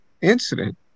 incident